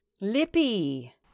Lippy